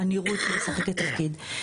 הנראות משחקת תפקיד.